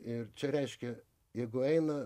ir čia reiškia jeigu eina